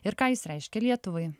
ir ką jis reiškia lietuvai